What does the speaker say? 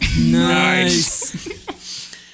Nice